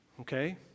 okay